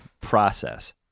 process